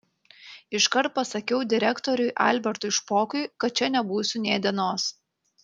iškart pasakiau direktoriui albertui špokui kad čia nebūsiu nė dienos